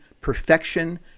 perfection